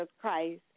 Christ